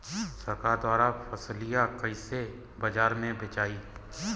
सरकार द्वारा फसलिया कईसे बाजार में बेचाई?